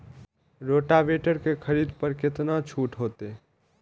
Rotavator के खरीद पर केतना छूट होते?